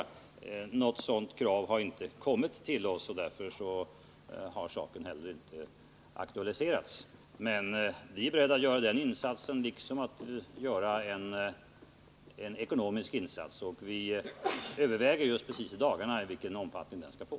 Något sådant krav har inte kommit till oss, och därför har saken inte heller aktualiserats. Om hjälp åt de Men vi är beredda att göra den insatsen, liksom att göra en ekonomisk insats. — svältande på Östra Vi överväger precis i dagarna vilken omfattning den skall få.